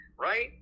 right